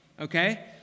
Okay